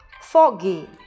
Foggy